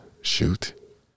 shoot